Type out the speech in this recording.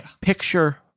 Picture